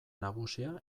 nagusia